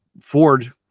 Ford